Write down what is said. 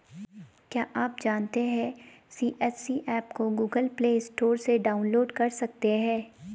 क्या आप जानते है सी.एच.सी एप को गूगल प्ले स्टोर से डाउनलोड कर सकते है?